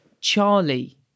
Charlie